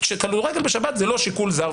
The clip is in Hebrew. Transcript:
כדורגל בשבת זה לא שיקול זר,